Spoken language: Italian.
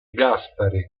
gaspare